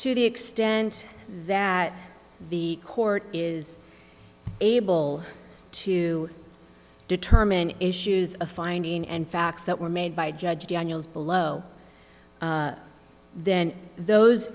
to the extent that the court is able to determine issues of finding and facts that were made by judge daniels below then those